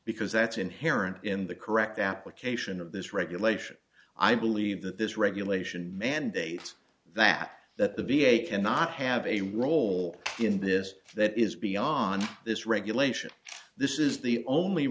because that's inherent in the correct application of this regulation i believe that this regulation mandates that that the v a cannot have a role in this that is beyond this regulation this is the only